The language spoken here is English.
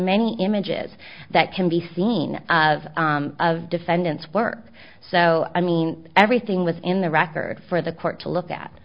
many images that can be seen of defendants work so i mean everything was in the record for the court to look at